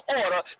order